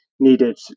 needed